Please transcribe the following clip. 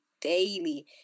daily